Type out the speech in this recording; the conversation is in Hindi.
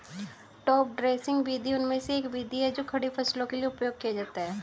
टॉप ड्रेसिंग विधि उनमें से एक विधि है जो खड़ी फसलों के लिए उपयोग किया जाता है